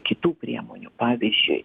kitų priemonių pavyzdžiui